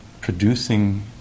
producing